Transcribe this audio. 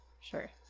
Sure